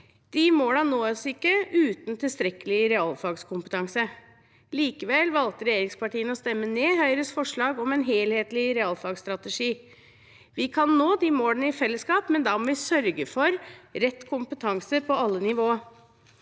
De målene nås ikke uten tilstrekkelig realfagskompetanse. Likevel valgte regjeringspartiene å stemme ned Høyres forslag om en helhetlig realfagsstrategi. Vi kan nå de målene i fellesskap, men da må vi sørge for rett kompetanse på alle nivå.